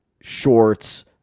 Shorts